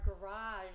garage